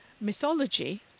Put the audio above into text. mythology